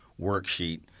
worksheet